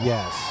Yes